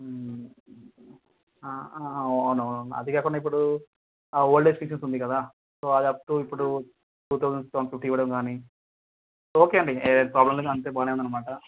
అవును అవును అదే కాకుండా ఇప్పుడు ఆ ఓల్డేజ్ పీపుల్స్ది ఉంది కదా అది అప్ టూ ఇప్పుడు టూ థౌజండ్ వన్ ఫిఫ్టీ ఇవ్వడం కానీ ఇట్స్ ఓకే అండి ఏం ప్రాబ్లం లేదు అంతా బాగానే ఉంది అనమాట